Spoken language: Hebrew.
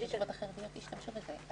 שבישיבות החרדיות ישתמשו בזה.